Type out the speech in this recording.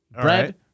bread